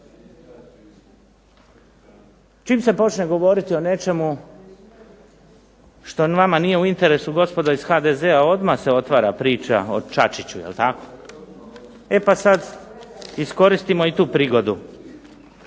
Čim se počne govoriti o nečemu što vama nije u interesu, gospodo iz HDZ-a, odmah se otvara priča o Čačiću jel' tako? E pa sad, iskoristimo i tu prigodu